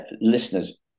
Listeners